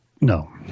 No